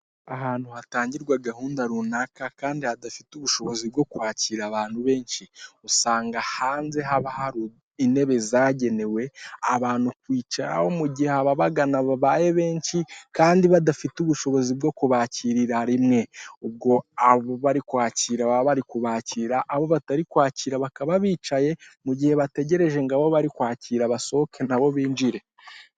Ahantu hatangirwa gahunda runaka kandi hadafite ubushobozi bwo kwakira abantu benshi. Usanga hanze haba hari intebe zagenewe abantu kwicaraho mugihe ababagana babaye benshi, kandi badafite ubushobozi bwo kubakirira rimwe. Ubwo abo bari kwakira baba bari kubakira, abo batari kwakira bakaba bicaye, mu gihe bategereje ngo abo bari kwakira basohoke nabo binjire.